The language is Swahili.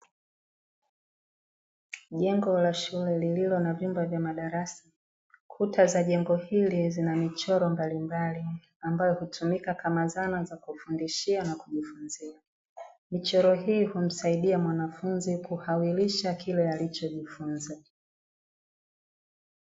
Jengo la shule, lililo na vyumba vya madarasa. Kuta za jengo hili zina michoro mbalimbali, ambayo hutumika kama zana za kufundishia na kujifunzia. Michoro hii humsaidia mwanafunzi kuhawilisha kile alichojifunza.